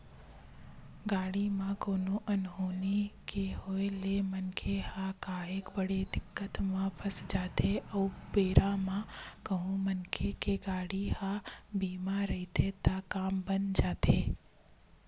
गाड़ी म कोनो अनहोनी के होय ले मनखे ह काहेच बड़ दिक्कत म फस जाथे ओ बेरा म कहूँ मनखे के गाड़ी ह बीमा रहिथे त काम बन जाथे